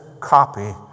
copy